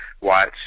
watch